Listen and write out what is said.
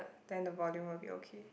then the volume will be okay